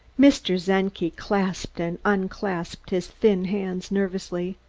mr. czenki clasped and unclasped his thin hands nervously.